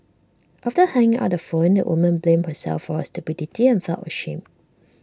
after hanging up the phone the woman blamed herself for her stupidity and felt ashamed